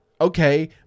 okay